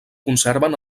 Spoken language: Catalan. conserven